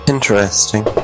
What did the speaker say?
Interesting